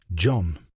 John